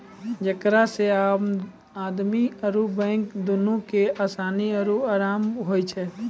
जेकरा से आदमी आरु बैंक दुनू के असानी आरु अराम होय छै